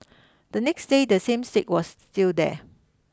the next day the same stick was still there